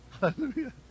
Hallelujah